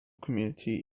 community